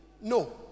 No